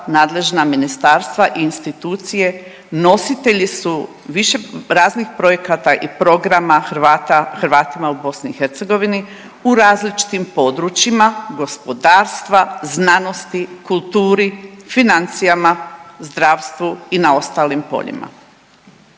nadležna ministarstva i institucije nositelji su više raznih projekata i programa Hrvatima u BiH u različitim područjima gospodarstva, znanosti, kulturi, financijama, zdravstvu i na ostalim poljima.